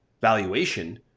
valuation